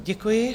Děkuji.